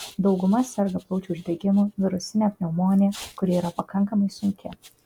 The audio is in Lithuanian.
dauguma serga plaučių uždegimu virusine pneumonija kuri yra pakankamai sunki